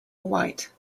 white